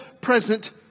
present